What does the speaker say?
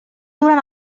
durant